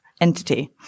entity